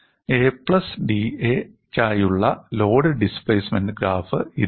'a plus da' ക്കായുള്ള load displacement graph ഇതാണ്